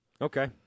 Okay